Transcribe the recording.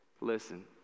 Listen